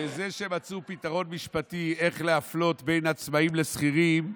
וזה שמצאו פתרון משפטי איך להפלות בין עצמאים לשכירים,